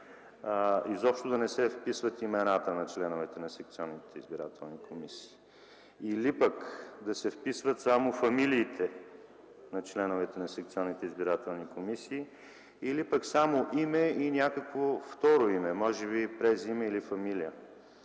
изобщо да не се вписват имената на членовете на тези комисии или пък да се впишат само фамилиите на членовете на секционните избирателни комисии, или пък само име и някакво второ име, може би презиме или фамилия.